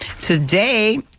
Today